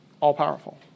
all-powerful